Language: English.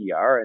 pr